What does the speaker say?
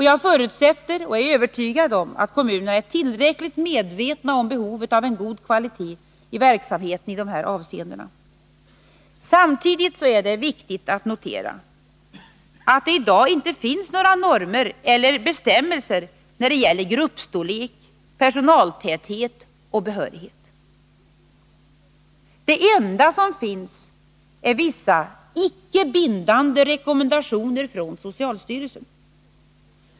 Jag förutsätter och är övertygad om att kommunerna är tillräckligt medvetna om behovet av en god kvalitet i verksamheten i dessa avseenden. Samtidigt är det viktigt att notera att det i dag inte finns några normer eller bestämmelser när det gäller gruppstorlek, personaltäthet eller behörighet. Det enda som finns är vissa icke bindande rekommendationer från socialstyrelsen.